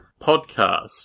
podcast